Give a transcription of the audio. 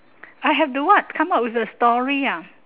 I have to what come out with a story ah